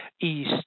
East